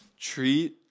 treat